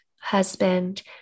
husband